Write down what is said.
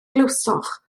glywsoch